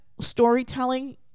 storytelling